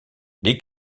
les